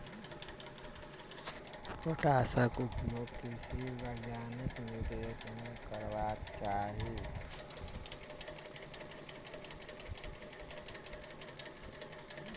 पोटासक उपयोग कृषि वैज्ञानिकक निर्देशन मे करबाक चाही